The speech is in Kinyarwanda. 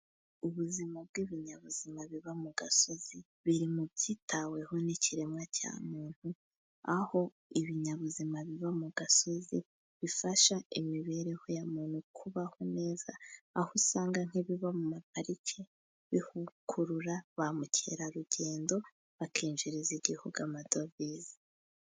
ubuzima bw'ibinyabuzima biba mu gasozi biri mu byitaweho n'ikiremwa cya muntu aho ibinyabuzima biba mu gasozi bifasha imibereho ya muntu kubaho neza aho usanga nk'ibiba mu ma pariki bivugurura ba mukerarugendo bakinjiriza igihugu amadovize